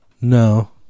No